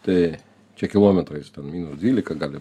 tai čia kilometrais ten minus dvylika gali